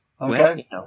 Okay